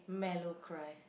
mellow cry